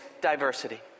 diversity